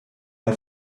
und